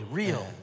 real